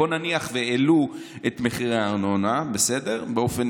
בואו נניח שהעלו את מחירי הארנונה באופן